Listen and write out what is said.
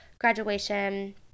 graduation